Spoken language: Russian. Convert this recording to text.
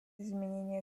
изменение